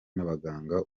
n’abaganga